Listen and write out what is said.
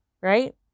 right